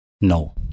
No